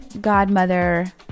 godmother